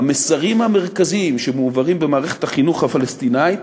המסרים המרכזיים שמועברים במערכת החינוך הפלסטינית,